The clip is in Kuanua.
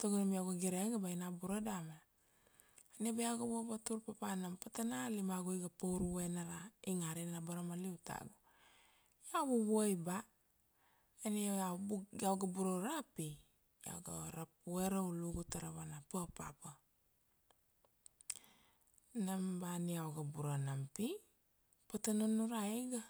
tago nam iau ga girege ba ina bura damana. Ania bea iau ga vavatur papa nam patana a limagu iga paur vue nam ra ingarina abarama liu tagu, iau vuvuai ba, io ania iau ga bura uro ra pi, iau ga rapue ra ulugu tara vana papapa. Nam ba ania iau ga bura nam pi pata nunurai iga.